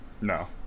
No